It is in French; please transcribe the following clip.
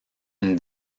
une